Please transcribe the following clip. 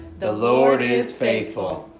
the lord is faithful.